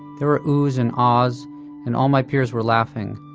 there were oohs and ahhs and all my peers were laughing.